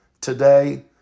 today